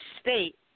state